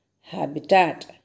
Habitat